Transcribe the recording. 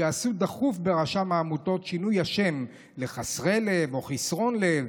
היא שיעשו באופן דחוף שינוי השם ברשם העמותות ל"חסרי לב" או "חסרון לב",